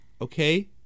okay